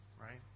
right